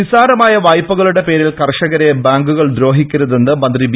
നിസാരമായ വായ്പകളുടെ പേരിൽ കർഷകരെ ബാങ്കുകൾ ദ്രോഹിക്കരുതെന്ന് മന്ത്രി വി